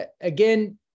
again